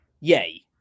yay